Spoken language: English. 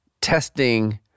testing